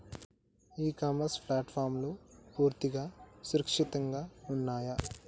ఇ commerce ప్లాట్ఫారమ్లు పూర్తిగా సురక్షితంగా ఉన్నయా?